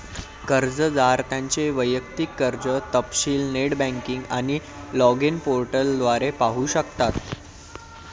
कर्जदार त्यांचे वैयक्तिक कर्ज तपशील नेट बँकिंग आणि लॉगिन पोर्टल द्वारे पाहू शकतात